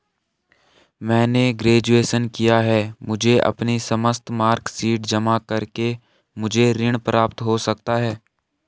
मैंने ग्रेजुएशन किया है मुझे अपनी समस्त मार्कशीट जमा करके मुझे ऋण प्राप्त हो सकता है?